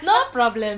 no problem